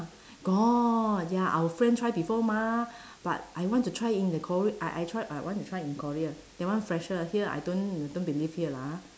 got ya our friend try before mah but I want to try in the kor~ I I try I I want to try in korea that one fresher here I don't don't believe here lah ah